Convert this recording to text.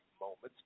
moments